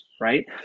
right